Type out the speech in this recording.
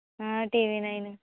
TV nine